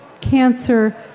cancer